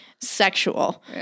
sexual